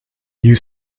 you